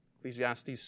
Ecclesiastes